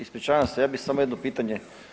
Ispričavam se ja bi samo jedno pitanje.